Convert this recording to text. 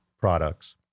products